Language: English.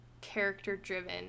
character-driven